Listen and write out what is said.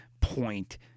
point